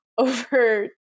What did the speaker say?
over